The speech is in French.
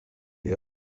est